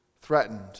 threatened